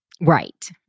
Right